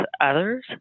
others